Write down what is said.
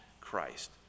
Christ